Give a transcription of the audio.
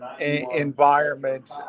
environment